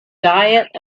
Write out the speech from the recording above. diet